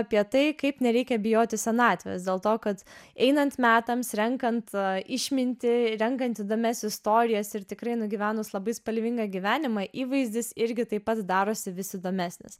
apie tai kaip nereikia bijoti senatvės dėl to kad einant metams renkant išmintį renkant įdomias istorijas ir tikrai nugyvenus labai spalvingą gyvenimą įvaizdis irgi taip pat darosi vis įdomesnis